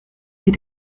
sie